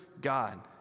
God